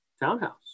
townhouse